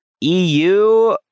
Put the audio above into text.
EU